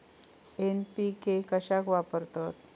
NPK कशाक वापरतत?